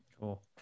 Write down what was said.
Cool